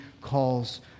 calls